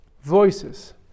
voices